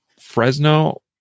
Fresno